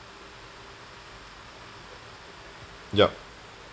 yup